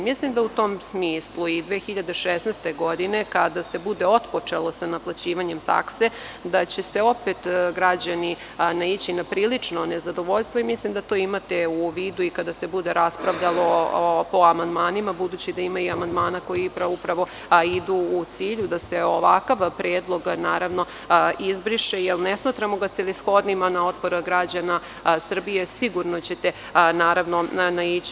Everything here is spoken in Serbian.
Mislim da u tom smislu i 2016. godine, kada se bude otpočelo sa naplaćivanjem takse, da će opet građani naići na prilično nezadovoljstvo i mislim da to imate u vidu i kada se bude raspravljalo po amandmanima, budući da ima i amandmana koji upravo idu u cilju da se ovakv predlog, naravno, izbriše, jer ne smatramo ga celishodnim, a na otpor građana Srbije sigurno ćete, naravno, naići.